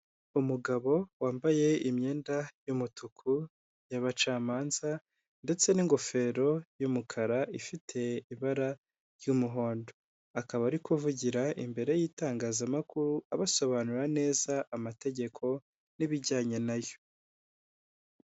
Umugabo wambaye imyenda y'umutuku y'abacamanza ndetse n'ingofero y'umukara ifite ibara ry'umuhondo akaba ari kuvugira imbere y'itangazamakuru abasobanurira neza amategeko n'ibijyanye na yo.